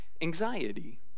anxiety